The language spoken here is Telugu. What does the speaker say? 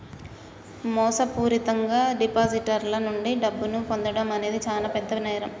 మోసపూరితంగా డిపాజిటర్ల నుండి డబ్బును పొందడం అనేది చానా పెద్ద నేరం